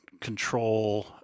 control